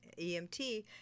EMT